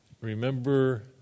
remember